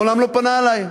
מעולם לא פנה אלי.